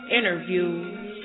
interviews